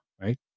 right